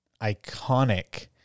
iconic